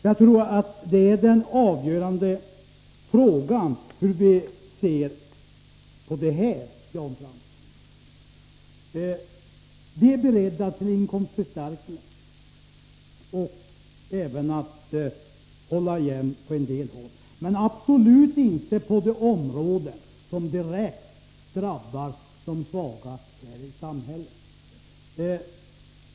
Jag tror att den avgörande skillnaden är hur vi ser på detta, Jan Fransson. Vi är beredda till inkomstförstärkningar och även till att hålla igen på en del håll, men absolut inte på det område som direkt drabbar de svaga i samhället.